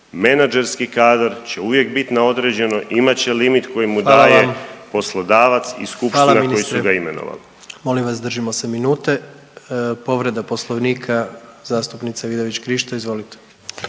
Menadžerski kadar će uvijek bit na određeno, imat će limit koji mu daje…/Upadica: Hvala vam/… poslodavac i skupština koji su ga imenovali.